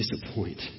disappoint